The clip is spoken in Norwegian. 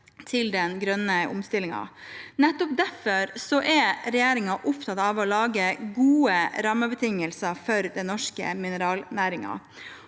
til den grønne omstillingen. Nettopp derfor er regjeringen opptatt av å lage gode rammebetingelser for den norske mineralnæringen,